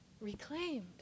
reclaimed